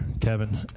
Kevin